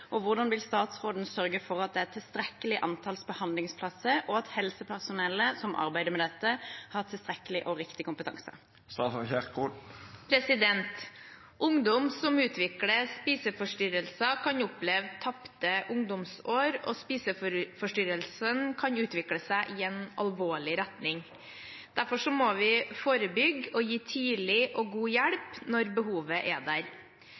og hvordan vil statsråden sørge for at det er et tilstrekkelig antall behandlingsplasser, og at helsepersonellet som arbeider med dette, har tilstrekkelig og riktig kompetanse?» Ungdom som utvikler spiseforstyrrelser, kan oppleve tapte ungdomsår, og spiseforstyrrelsen kan utvikle seg i en alvorlig retning. Derfor må vi forebygge og gi tidlig og god hjelp når behovet er der.